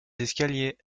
escaliers